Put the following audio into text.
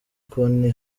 konti